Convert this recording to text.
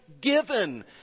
given